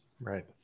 right